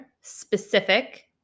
specific